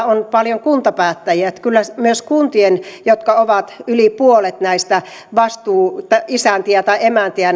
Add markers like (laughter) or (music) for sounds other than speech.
(unintelligible) on paljon kuntapäättäjiä että kyllä myös kuntien jotka ovat yli puolessa näistä vastuuisäntiä tai emäntiä (unintelligible)